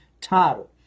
title